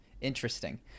Interesting